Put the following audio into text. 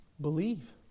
Believe